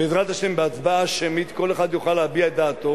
בעזרת השם בהצבעה שמית כל אחד יוכל להביע את דעתו